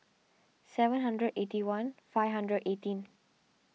seven hundred eighty one five hundred eighteen